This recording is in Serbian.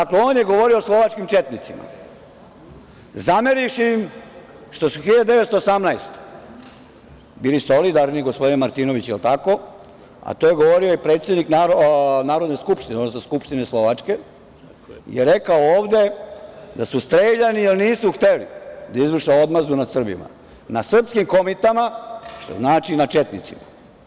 Dakle, on je govorio o slovačkim četnicima, zamerivši im što su 1918. godine bili solidarni, gospodine Martinoviću, je li tako, a to je govorio i predsednik Skupštine Slovačke, kada je rekao ovde da su streljani jer nisu hteli da izvrše odmazdu nad Srbima, nad srpskim komitama, što znači nad četnicima.